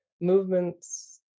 movements